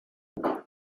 what